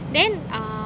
then uh